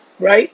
right